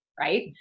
right